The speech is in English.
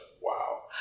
wow